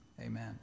Amen